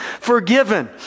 forgiven